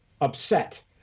upset